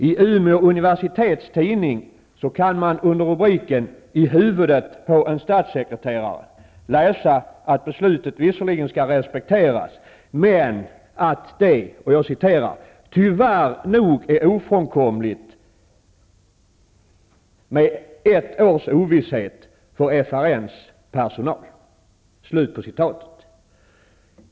I Umeå universitets tidning kan man under rubriken ''I huvudet på en statssekreterare'' läsa att beslutet visserligen skall respekteras men att det ''tyvärr nog är ofrånkomligt med ett års ovisshet för FRN:s personal''.